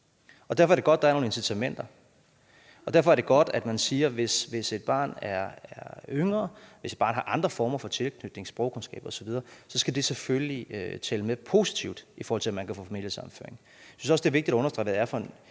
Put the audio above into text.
Derfor er det godt, at der er nogle incitamenter. Derfor er det godt, at man siger, at hvis et barn er yngre, hvis et barn har andre former for tilknytning, sprogkundskaber osv., skal det selvfølgelig tælle positivt med i sager om familiesammenføring. Jeg synes også, det er vigtigt at understrege, hvad det er for en